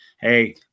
Hey